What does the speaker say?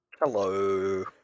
Hello